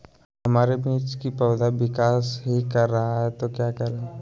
हमारे मिर्च कि पौधा विकास ही कर रहा है तो क्या करे?